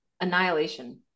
Annihilation